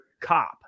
cop